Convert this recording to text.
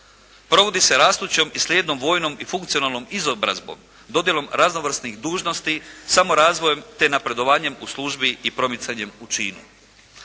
Provodi se rastućom i slijednom vojnom i funkcionalnom izobrazbom, dodjelom raznovrsnih dužnosti, samorazvojem i napredovanjem u službi i promicanjem u činu.